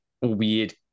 weird